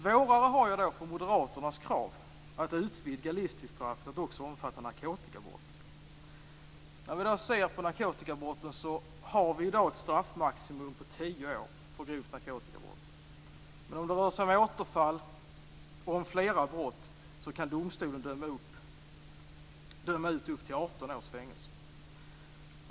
Då har jag svårare för Moderaternas krav att utvidga livstidsstraffet till att också omfatta narkotikabrott. När vi ser på narkotikabrotten har vi i dag ett straffmaximum på 10 år för grovt narkotikabrott. Men om det rör sig om återfall och om flera brott kan domstolen döma ut upp till 18 års fängelse.